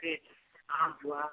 जैसे आम हुआ